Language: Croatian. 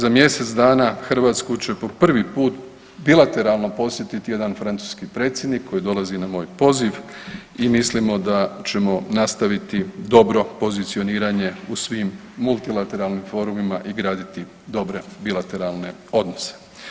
Za mjesec dana Hrvatsku će po prvi put bilateralno posjetiti jedan francuski predsjednik koji dolazi na moj poziv i mislimo da ćemo nastaviti dobro pozicioniranje u svim multilateralnim forumima i graditi dobre bilateralne odnose.